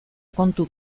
kontu